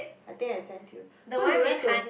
I think I sent you so we went to